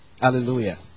Hallelujah